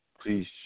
Please